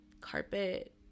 carpet